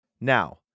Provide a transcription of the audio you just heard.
Now